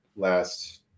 Last